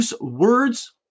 words